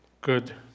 good